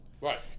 Right